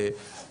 שבנושא הזה,